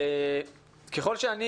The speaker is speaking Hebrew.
ככל שאני